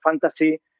fantasy